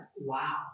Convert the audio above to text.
wow